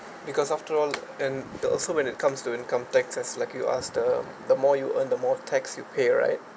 because after all and the also when it comes to income tax as like you ask the the more you earn the more tax you pay right